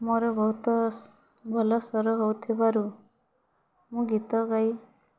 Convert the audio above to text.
ମୋର ବହୁତ ଭଲ ସ୍ୱର ହେଉଥିବାରୁ ମୁଁ ଗୀତ ଗାଇ